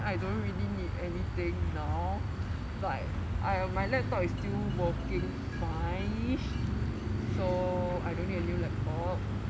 I don't really need anything now like !aiya! my laptop is still working fine so I don't need a new laptop